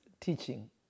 teaching